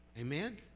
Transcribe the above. Amen